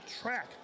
track